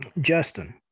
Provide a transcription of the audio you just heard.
Justin